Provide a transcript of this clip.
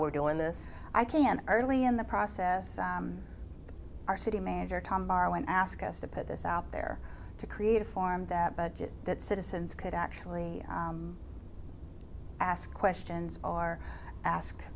we're doing this i can early in the process our city manager tom morrow and ask us to put this out there to create a form that budget that citizens could actually ask questions our ask